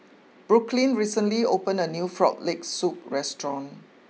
Brooklynn recently opened a new Frog Leg Soup restaurant